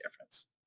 difference